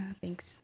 Thanks